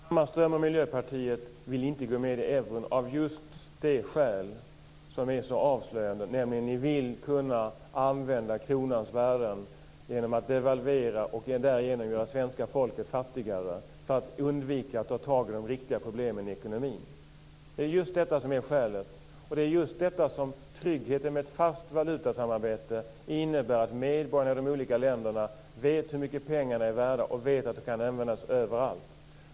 Herr talman! Matz Hammarström och Miljöpartiet vill inte gå med i eurosamarbetet av just det skäl som är så avslöjande, nämligen att ni vill kunna använda kronans värde genom att devalvera och därigenom göra svenska folket fattigare för att undvika att ta tag i de riktiga problemen i ekonomin. Det är just detta som är skälet. Tryggheten med ett fast valutasamarbete innebär att medborgarna i de olika länderna vet hur mycket pengarna är värda och vet att de kan användas överallt.